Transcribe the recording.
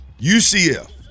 UCF